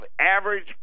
average